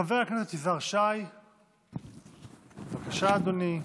חבר הכנסת יזהר שי, בבקשה, אדוני.